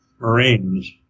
Marines